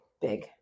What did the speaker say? big